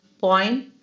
point